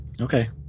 Okay